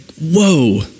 whoa